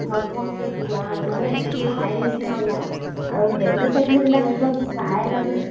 ভক ভকে ধোঁৱা মানে ছাঁই নিচিনা ওলায় আৰু কেটলি চেটলিবিলাক একদম ছাঁই লাগি যায়